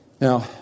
now